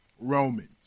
Romans